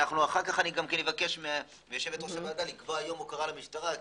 אחר כך אבקש מיושבת-ראש הוועדה לקבוע יום הוקרה למשטרה.